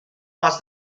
was